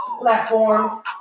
platforms